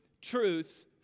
truths